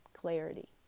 clarity